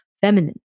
Feminine